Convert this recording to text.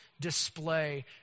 display